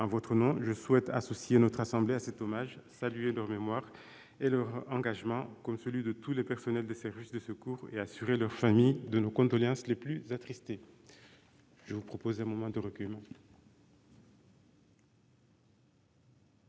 En votre nom, je souhaite associer notre assemblée à cet hommage, saluer leur mémoire et leur engagement, comme celui de tous les personnels des services de secours, et assurer leurs familles de nos condoléances les plus attristées. Nous poursuivons l'examen,